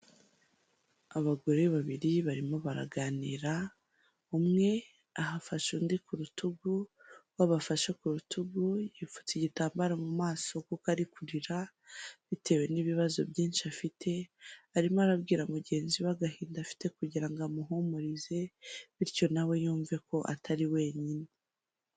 Abagore babiri barimo baraganira, umwe afashe undi ku rutugu, uwo bafashe ku rutugu yipfutse igitambaro mu maso kuko ari kurira bitewe n'ibibazo byinshi afite, arimo arabwira mugenzi we agahinda afite kugira ngo amuhumurize bityo nawe yumve ko atari wenyine.